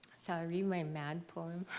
so i read my mad poem?